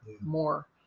more